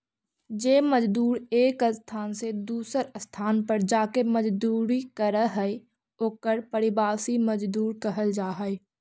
जे मजदूर एक स्थान से दूसर स्थान पर जाके मजदूरी करऽ हई ओकर प्रवासी मजदूर कहल जा हई